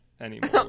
anymore